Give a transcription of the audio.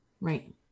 Right